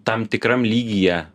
tam tikram lygyje